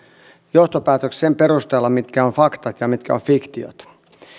johtopäätöksiä sen perusteella mitkä ovat faktat ja mitkä ovat fiktiot